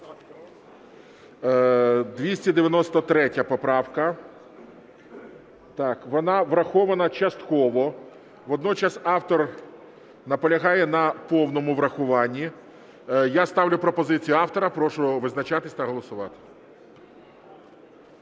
293 поправка, вона врахована частково. Водночас автор наполягає на повному врахуванні. Я ставлю пропозицію автора, прошу визначатись та голосувати.